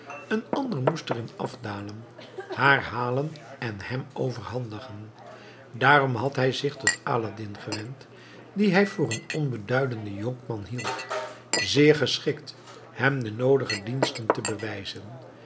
een ander moest er in afdalen haar halen en hem overhandigen daarom had hij zich tot aladdin gewend dien hij voor een onbeduidenden jonkman hield zeer geschikt hem den noodigen dienst te bewijzen